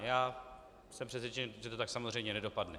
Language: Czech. Já jsem přesvědčen, že to tak samozřejmě nedopadne.